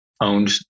Owned